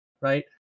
Right